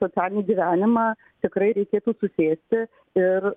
socialinį gyvenimą tikrai reikėtų susėsti ir